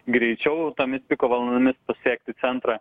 greičiau tomis piko valandomis pasiekti centrą